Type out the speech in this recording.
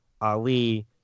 Ali